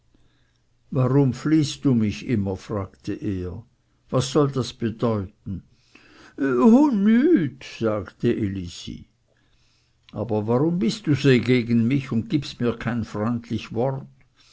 warum fliehst du mich immer fragte er was soll das bedeuten ho nüt sagte elisi aber warum bist du so gegen mich und gibst mir kein freundlich wort